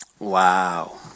Wow